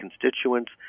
constituents